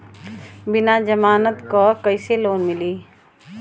बिना जमानत क कइसे लोन मिली?